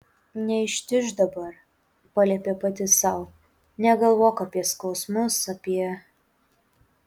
neištižk dabar paliepė pati sau negalvok apie skausmus apie